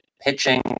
pitching